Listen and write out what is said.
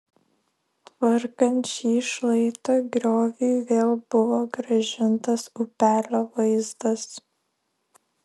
tvarkant šį šlaitą grioviui vėl buvo grąžintas upelio vaizdas